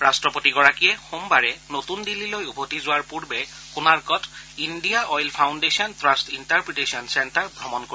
ৰাট্টপতিগৰাকীয়ে সোমবাৰে নতুন দিল্লীলৈ উভতি যোৱাৰ পূৰ্বে কোণাৰ্কত India Oil Foundation Trust Interpretation Centre ভ্ৰমণ কৰিব